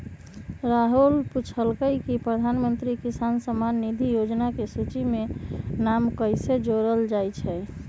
राहुल पूछलकई कि प्रधानमंत्री किसान सम्मान निधि योजना के सूची में नाम कईसे जोरल जाई छई